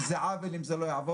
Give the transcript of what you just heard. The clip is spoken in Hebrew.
כי זה עוול אם זה לא יעבור.